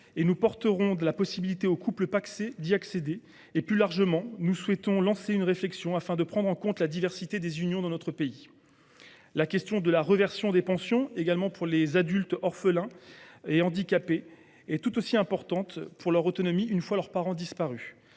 nous porterons l’extension de leur bénéfice aux couples pacsés ; plus largement, nous entendons lancer une réflexion afin de prendre en compte la diversité des unions dans notre pays. La question de la réversion des pensions pour les adultes orphelins et handicapés est tout aussi importante pour leur autonomie une fois leurs parents disparus.